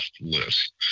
list